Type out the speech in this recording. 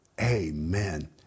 Amen